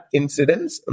incidents